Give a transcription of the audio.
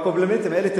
עם הקומפלימנטים האלה,